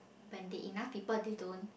when they enough people they don't